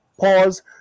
pause